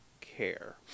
care